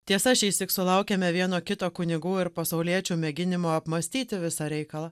tiesa šįsyk sulaukėme vieno kito kunigų ir pasauliečių mėginimo apmąstyti visą reikalą